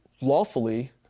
lawfully